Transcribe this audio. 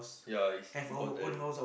yea is important